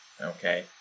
okay